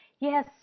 Yes